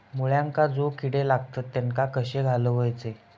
मुळ्यांका जो किडे लागतात तेनका कशे घालवचे?